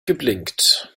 geblinkt